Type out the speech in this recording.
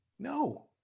No